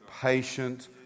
patient